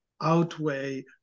outweigh